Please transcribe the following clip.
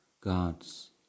God's